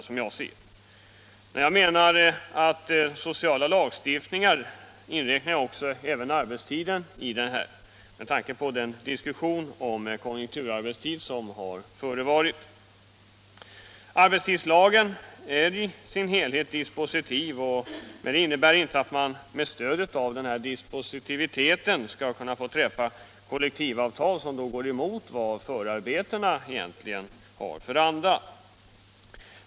När jag talar om social lagstiftning menar jag också, med tanke på den diskussion om konjunkturarbetstid som har förevarit, att arbetstiden Om uttalande mot försämring av de sociala förmånerna skall inräknas där. Arbetstidslagen är ju i sin helhet dispositiv. Det innebär emellertid inte att man med stöd av dispositiviteten skall kunna träffa kollektivavtal som strider mot andan i förarbetena till lagen.